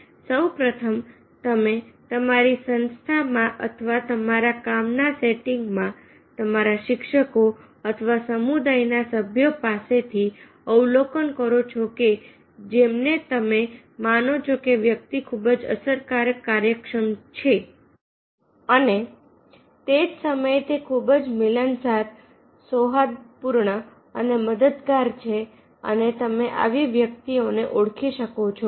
સૌપ્રથમ તમે તમારી સંસ્થામાં અથવા તમારા કામના સેટિંગમાં તમારા શિક્ષકો અથવા સમુદાયના સભ્યો પાસેથી અવલોકન કરો છો કે જેમને તમે માનો છો કે વ્યક્તિ ખૂબ જ અસરકારક કાર્યક્ષમ છે અને તે જ સમયે તે ખૂબ જ મિલનસાર સૌહાર્દપૂર્ણ અને મદદગાર છે અને તમે આવી વ્યક્તિઓને ઓળખી શકો છો